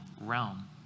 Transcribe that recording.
realm